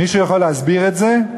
מישהו יכול להסביר את זה?